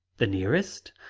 the nearest?